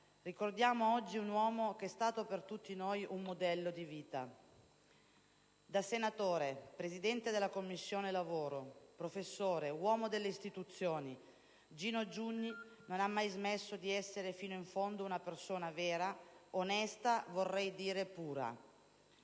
ricordiamo oggi un uomo che è stato per tutti noi un modello di vita. Da senatore, Presidente della Commissione lavoro, professore, uomo delle istituzioni, Gino Giugni non ha mai smesso di essere fino in fondo una persona vera, onesta, vorrei dire pura.